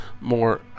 more